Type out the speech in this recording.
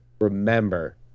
remember